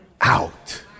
out